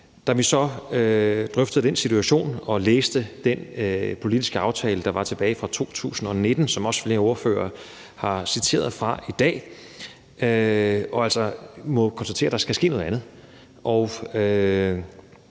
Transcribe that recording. da vi så drøftede den situation og vi læste den politiske aftale, der var tilbage fra 2019, som flere ordførere også har citeret fra i dag, måtte vi altså konstatere, at der skal ske noget andet.